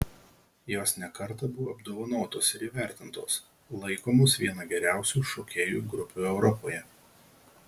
jos ne kartą buvo apdovanotos ir įvertintos laikomos viena geriausių šokėjų grupių europoje